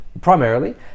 primarily